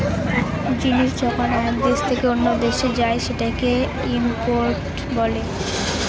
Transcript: জিনিস যখন এক দেশ থেকে অন্য দেশে যায় সেটাকে ইম্পোর্ট বলে